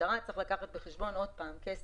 גם כאן צריך לקחת בחשבון את העניין של הכסף.